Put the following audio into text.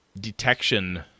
detection